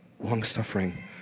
long-suffering